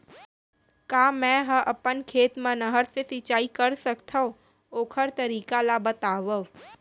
का मै ह अपन खेत मा नहर से सिंचाई कर सकथो, ओखर तरीका ला बतावव?